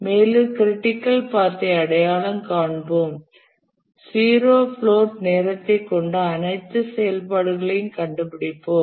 மேலும் critical path ஐ அடையாளம் காண்போம் 0 பிளோட் நேரத்தைக் கொண்ட அனைத்து செயல்பாடுகளையும் கண்டுபிடிப்போம்